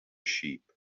sheep